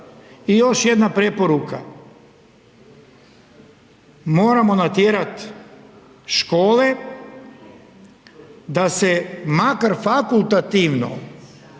I još jedna preporuka, moramo natjerat škole da se makar fakultativno